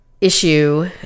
issue